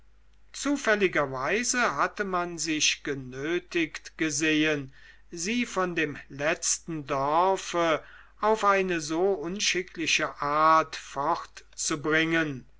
zufälligerweise hatte man sich genötigt gesehen sie von dem letzten dorfe auf eine so unschickliche art